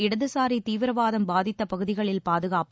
இடதுசாரி தீவிரவாதம் பாதித்த பகுதிகளில் பாதுகாப்பு